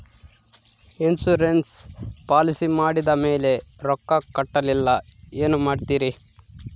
Insurance policy ಮಾಡಿದ ಮೇಲೆ ರೊಕ್ಕ ಕಟ್ಟಲಿಲ್ಲ ಏನು ಮಾಡುತ್ತೇರಿ?